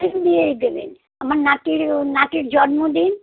ডিম দিয়েই দেবেন আমার নাতির নাতির জন্মদিন